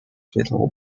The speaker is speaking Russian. светлого